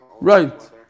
Right